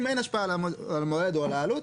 אם אין השפעה על המועד או על העלות,